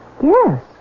Yes